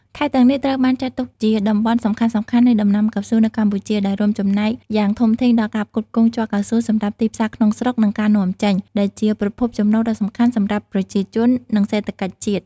ខេត្តទាំងនេះត្រូវបានចាត់ទុកជាតំបន់សំខាន់ៗនៃដំណាំកៅស៊ូនៅកម្ពុជា ដែលរួមចំណែកយ៉ាងធំធេងដល់ការផ្គត់ផ្គង់ជ័រកៅស៊ូសម្រាប់ទីផ្សារក្នុងស្រុក និងការនាំចេញ ដែលជាប្រភពចំណូលដ៏សំខាន់សម្រាប់ប្រជាជន និងសេដ្ឋកិច្ចជាតិ។